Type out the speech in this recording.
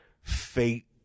fate